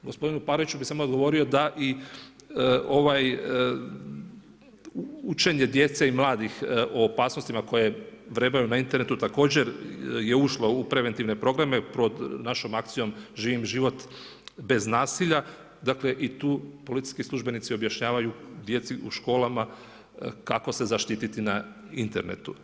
Gospodinu Pariću bi samo odgovorio da i ovaj učenje djece i mladih o opasnostima koje vrebaju na internetu također je ušlo u preventivne programe pod našom akcijom „Živim život bez nasilja“ i tu policijski službenici objašnjavaju djeci u školama kako se zaštititi na internetu.